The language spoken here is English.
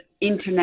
internet